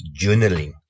journaling